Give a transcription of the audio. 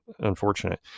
unfortunate